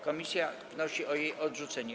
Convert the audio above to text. Komisja wnosi o jej odrzucenie.